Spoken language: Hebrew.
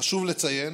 חשוב לציין